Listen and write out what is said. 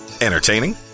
Entertaining